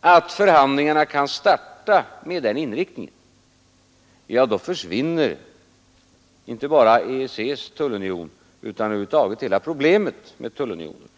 att förhandlingarna kan starta ye med den inriktningen, då försvinner på sikt inte bara EEC:s tullunion utan hela problemet med tullunioner.